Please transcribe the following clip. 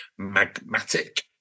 magmatic